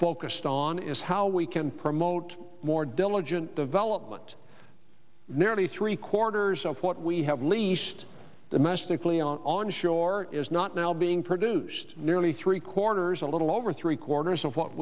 focused on is how we can promote more diligent development nearly three quarters of what we have leased the mess to clean on shore is not now being produced nearly three quarters a little over three quarters of what